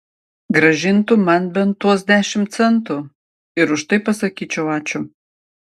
grąžintų man bent tuos dešimt centų ir už tai pasakyčiau ačiū